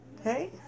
Okay